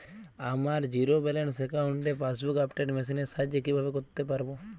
আমার zero balance অ্যাকাউন্টে passbook update machine এর সাহায্যে কীভাবে করতে পারব?